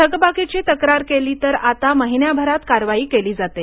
थकबाकीची तक्रार केली तर आता महिन्याभरात कारवाई केली जाते